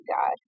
God